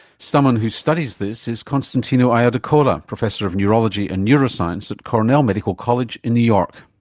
someone who studies this is constantino iadecola, professor of neurology and neuroscience at cornell medical college in new york.